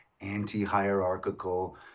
anti-hierarchical